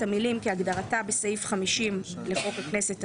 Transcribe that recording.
המילים "כהגדרתה בסעיף 50 לחוק הכנסת,